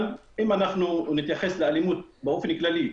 אבל אם נתייחס לאלימות באופן כללי,